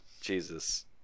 Jesus